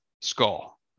skull